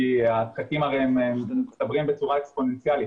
כי הפקקים הרי הם מצטברים בצורה אקספוננציאלית.